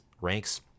ranks